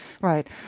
Right